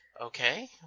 Okay